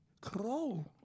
Crawl